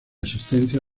existencia